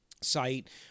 site